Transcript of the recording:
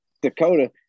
Dakota